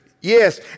Yes